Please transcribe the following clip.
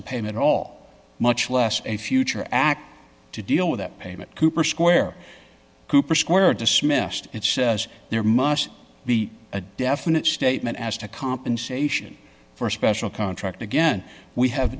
at all much less a future act to deal with that payment cooper square cooper square dismissed it says there must be a definite statement as to compensation for a special contract again we have